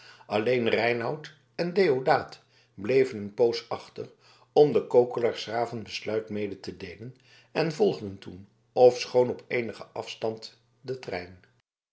alleen reinout en deodaat bleven een poos achter om den kokeler s graven besluit mede te deelen en volgden toen ofschoon op eenigen afstand den trein